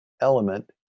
element